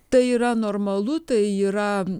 tai yra normalu tai yra